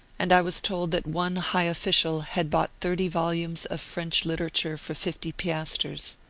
and i was told that one high official had bought thirty volumes of french literature for fifty piastres.